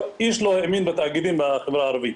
איש לא האמין בתאגידים בחברה הערבית.